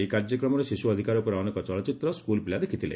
ଏହି କାର୍ଯ୍ୟକ୍ରମରେ ଶିଶୁ ଅଧିକାର ଉପରେ ଅନେକ ଚଳଚ୍ଚିତ୍ର ସ୍କୁଲପିଲା ଦେଖିଥିଲେ